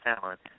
talent